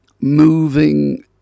moving